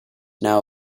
now